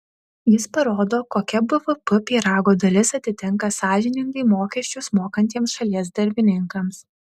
jis parodo kokia bvp pyrago dalis atitenka sąžiningai mokesčius mokantiems šalies darbininkams